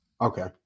Okay